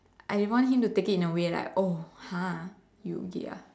I want him to take it in a way like oh !huh! you gay ah